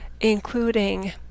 including